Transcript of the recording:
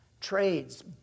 Trades